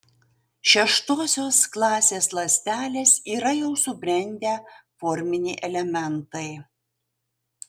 šeštosios klasės ląstelės yra jau subrendę forminiai elementai